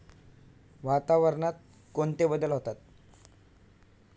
वातावरणात कोणते बदल होतात?